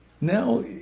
Now